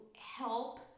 help